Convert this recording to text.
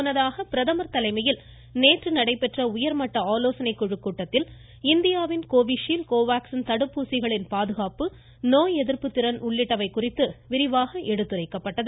முன்னதாக பிரதமர் தலைமையில் நேற்று நடைபெற்ற உயர்மட்ட ஆலோசனைக் கூட்டத்தில் இந்தியாவின் கோவிஷ்ல்டு கோவாக்ஸின் தடுப்பூசிகளின் பாதுகாப்பு நோய் எதிர்ப்பு திறன் உள்ளிட்டவை குறித்து விரிவாக எடுத்துரைக்கப்பட்டது